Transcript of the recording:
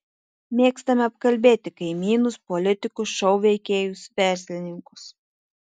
mėgstame apkalbėti kaimynus politikus šou veikėjus verslininkus